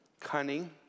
cunning